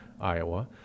Iowa